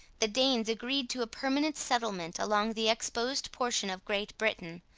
the danes agreed to a permanent settlement along the exposed portion of great britain,